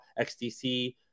XDC